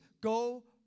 Go